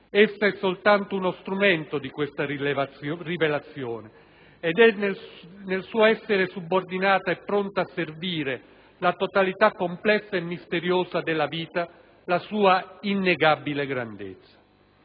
Essa è soltanto uno strumento di questa rivelazione ed è nel suo essere subordinata e pronta a servire la totalità complessa e misteriosa della vita la sua innegabile grandezza».